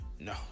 no